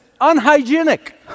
unhygienic